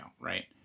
right